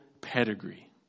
pedigree